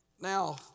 Now